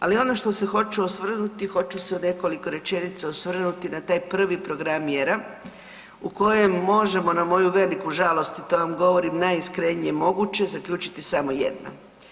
Ali ono što se hoću osvrnuti, hoću se u nekoliko rečenica osvrnuti na taj prvi program mjera u kojem možemo, na moju veliku žalost i to vam govorim najiskrenije moguće, zaključiti samo jedno.